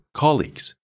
colleagues